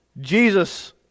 Jesus